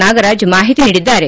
ನಾಗರಾಜ್ ಮಾಹಿತಿ ನೀಡಿದ್ದಾರೆ